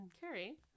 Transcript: Carrie